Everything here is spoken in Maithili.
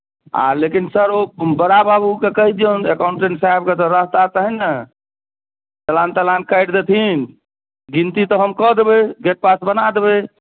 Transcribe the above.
आ लेकिन सर ओ बड़ा बाबूकेँ कहि दियौन अकाउंटेंट साहबकेँ रहता तहन ने चलान तलान काटि देथिन गिनती तऽ हम कऽ देबै गेट पास बना देबै